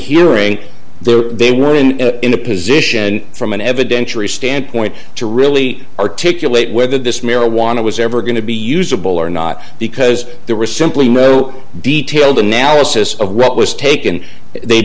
hearing there they were in in a position from an evidentiary standpoint to really articulate whether this marijuana was ever going to be usable or not because there were simply no detailed analysis of what was taken they